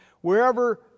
Wherever